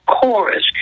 chorus